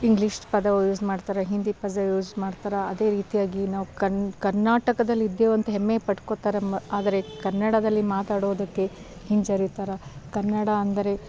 English ಪದ use ಮಾಡ್ತಾರೆ ಹಿಂದಿ ಪದ ಯೂಸ್ ಮಾಡ್ತಾರೆ ಅದೇ ರೀತಿಯಾಗಿ ನಾವು ಕನ್ ಕರ್ನಾಟಕದಲ್ಲಿ ಇದ್ದೇವೆ ಅಂತ ಹೆಮ್ಮೆ ಪಡ್ಕೋತ್ತಾರೆಂಬ ಆದರೆ ಕನ್ನಡದಲ್ಲಿ ಮಾತಾಡೋದಕ್ಕೆ ಹಿಂಜರೀತಾರೆ ಕನ್ನಡ ಅಂದರೆ